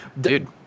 dude